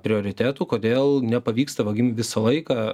prioritetų kodėl nepavyksta vagim visą laiką